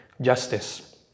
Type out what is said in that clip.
justice